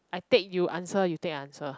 I take you answer you take I answer